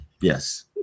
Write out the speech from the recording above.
Yes